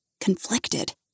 conflicted